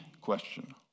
question